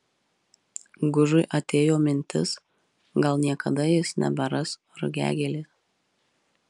gužui atėjo mintis gal niekada jis neberas rugiagėlės